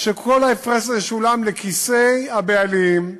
כשכל ההפרש הזה שולם לכיסי הבעלים,